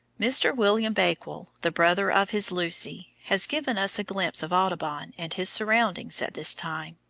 mr. william bakewell, the brother of his lucy, has given us a glimpse of audubon and his surroundings at this time.